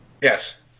Yes